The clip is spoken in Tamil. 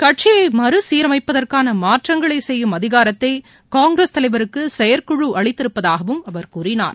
கட்சியை மறுசீரமைப்பதற்கான மாற்றங்களை செய்யும் அதிகாரத்தை காங்கிரஸ் தலைவருக்கு செயற்குழு அளித்திருப்பதாகவும் அவர் கூறினார்